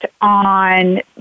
on